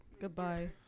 goodbye